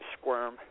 squirm